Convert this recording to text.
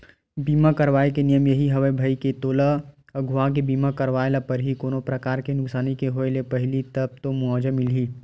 बीमा करवाय के नियम यही हवय भई के तोला अघुवाके बीमा करवाय ल परही कोनो परकार के नुकसानी के होय ले पहिली तब तो मुवाजा मिलही